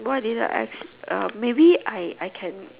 what did I uh maybe I I can